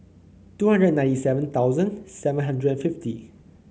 two hundred and ninety seven thousand seven hundred and fifty